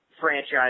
franchise